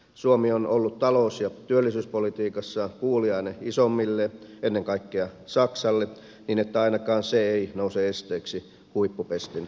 suomi on ollut talous ja työllisyyspolitiikassa kuuliainen isommille ennen kaikkea saksalle niin että ainakaan se ei nouse esteeksi huippupestin saamiselle